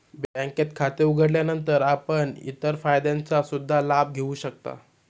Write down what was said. बँकेत खाते उघडल्यानंतर आपण इतर फायद्यांचा सुद्धा लाभ घेऊ शकता